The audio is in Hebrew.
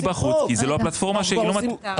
היא בחוץ כי זה לא הפלטפורמה -- אבל למה אנחנו כבר עושים חוק,